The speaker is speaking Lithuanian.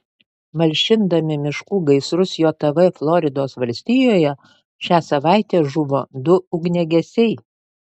malšindami miškų gaisrus jav floridos valstijoje šią savaitę žuvo du ugniagesiai